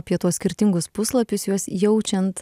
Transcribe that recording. apie tuos skirtingus puslapius juos jaučiant